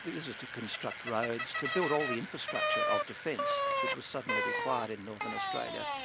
this was to construct roads, to build all the infrastructure of defence, which was suddenly required in northern australia.